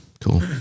Cool